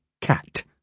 cat